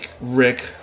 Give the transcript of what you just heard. Rick